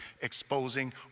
exposing